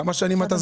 כמה זמן אתה זמני?